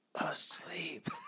asleep